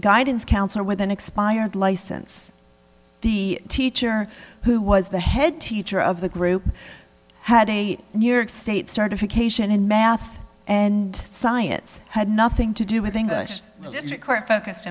guidance counselor with an expired license the teacher who was the head teacher of the group had a new york state certification in math and science had nothing to do with english just focused